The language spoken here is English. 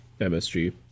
MSG